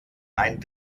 ein